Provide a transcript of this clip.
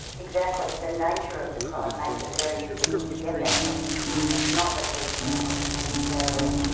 exactly. the nature of the crime makes it very difficult to get that prosecution. it's not that these criminals are necessarily